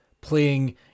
playing